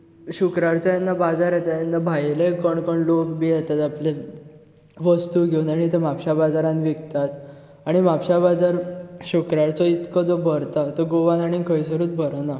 शुक्रारचो जेन्ना बाजार येता तेन्ना भायले कोण कोण लोक बी येतात आपले वस्तू घेवन आनी त्यो म्हापश्या बाजारांत विकतात आनी म्हापश्या बाजार शुक्राचो जो इतको जो भरता तो गोवांत आनी खंयसरूच भरना